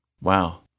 Wow